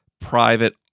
private